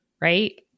right